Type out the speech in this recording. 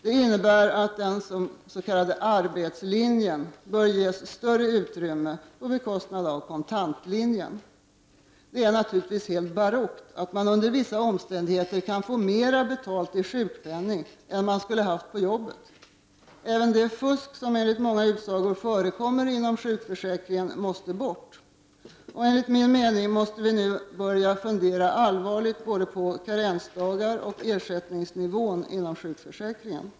Detta innebär att den s.k. arbetslinjen bör ges större utrymme på bekostnad av den s.k. kontantlinjen. Det är naturligtvis helt barockt att man under vissa omständigheter kan få mer betalt i sjukpenning än man skulle fått om man varit på jobbet. Även det fusk som enligt många utsagor förekommer inom sjukförsäkringen måste bort. Enligt min mening måste vi nu börja fundera allvarligt både på karensdagar och på ersättningsnivån inom sjukförsäkringen.